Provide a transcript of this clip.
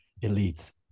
elites